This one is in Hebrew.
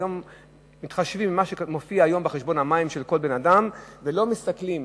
היום מתחשבים במה שמופיע בחשבון המים של כל בן-אדם ולא מסתכלים